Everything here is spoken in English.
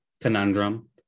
conundrum